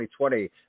2020